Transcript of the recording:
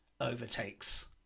overtakes